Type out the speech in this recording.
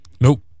Nope